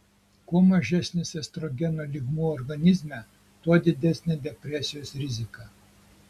kuo mažesnis estrogenų lygmuo organizme tuo didesnė depresijos rizika